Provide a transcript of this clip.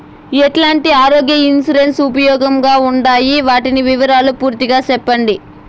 ఎట్లాంటి ఆరోగ్య ఇన్సూరెన్సు ఉపయోగం గా ఉండాయి వాటి వివరాలు పూర్తిగా సెప్పండి?